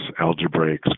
Algebraics